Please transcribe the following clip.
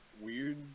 weird